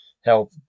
help